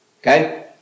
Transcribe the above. okay